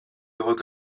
heureux